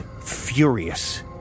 furious